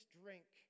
drink